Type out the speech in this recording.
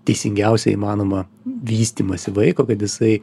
teisingiausią įmanomą vystymąsi vaiko kad jisai